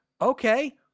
okay